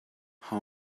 how